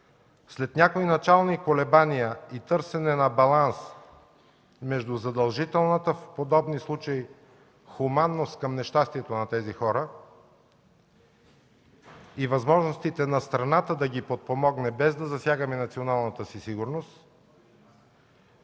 След някои начални колебания и търсене на баланс между задължителната в подобни случаи хуманност към нещастието на тези хора и възможностите на страната да ги подпомогне без да засягаме националната си сигурност,